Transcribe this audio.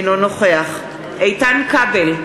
אינו נוכח איתן כבל,